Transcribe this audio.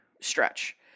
stretch